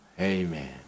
Amen